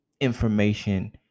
information